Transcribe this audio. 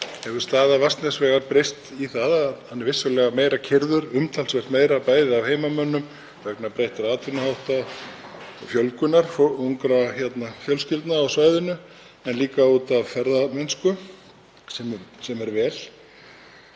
hefur staða Vatnsnesvegar breyst. Hann er vissulega meira keyrður, umtalsvert meira, af heimamönnum vegna breyttra atvinnuhátta, fjölgunar ungra fjölskyldna á svæðinu en líka af ferðamönnum, sem er vel.